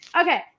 Okay